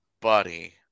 buddy